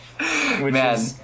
Man